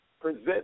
Present